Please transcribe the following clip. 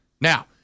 Now